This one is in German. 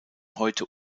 heute